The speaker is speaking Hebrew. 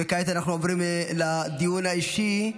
כעת אנחנו עוברים לדיון האישי.